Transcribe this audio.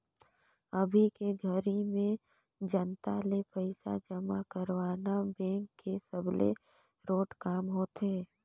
अभी के घरी में जनता ले पइसा जमा करवाना बेंक के सबले रोंट काम होथे